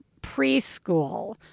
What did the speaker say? preschool